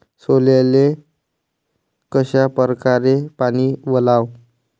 सोल्याले कशा परकारे पानी वलाव?